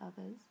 others